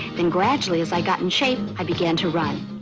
then gradually as i got in shape, i began to run.